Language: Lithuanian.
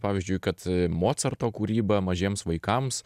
pavyzdžiui kad mocarto kūryba mažiems vaikams